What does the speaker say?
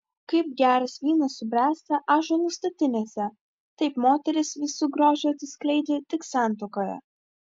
kaip geras vynas subręsta ąžuolo statinėse taip moteris visu grožiu atsiskleidžia tik santuokoje